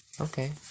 Okay